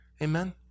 Amen